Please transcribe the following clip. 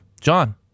john